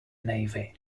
navy